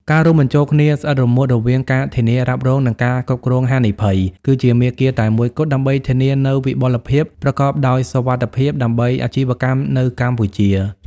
ការរួមបញ្ចូលគ្នាស្អិតរមួតរវាងការធានារ៉ាប់រង និងការគ្រប់គ្រងហានិភ័យ គឺជាមាគ៌ាតែមួយគត់ដើម្បីធានានូវ "វិបុលភាពប្រកបដោយសុវត្ថិភាព" សម្រាប់អាជីវកម្មនៅកម្ពុជា។